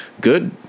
Good